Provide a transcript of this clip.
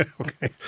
Okay